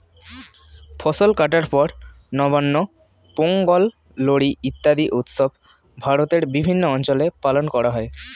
ফসল কাটার পর নবান্ন, পোঙ্গল, লোরী ইত্যাদি উৎসব ভারতের বিভিন্ন অঞ্চলে পালন করা হয়